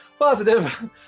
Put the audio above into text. positive